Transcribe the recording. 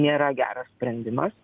nėra geras sprendimas